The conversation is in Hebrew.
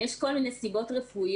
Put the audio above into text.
יש כל מיני סיבות רפואיות.